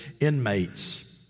inmates